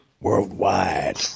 Worldwide